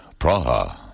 Praha